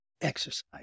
exercise